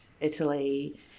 Italy